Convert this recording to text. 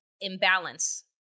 imbalance